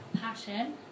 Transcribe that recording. passion